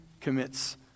commits